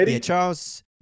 Charles